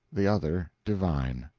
the other divine.